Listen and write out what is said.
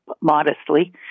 modestly